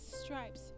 stripes